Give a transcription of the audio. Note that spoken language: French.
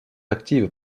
active